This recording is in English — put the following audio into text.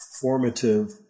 formative